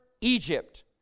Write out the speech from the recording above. Egypt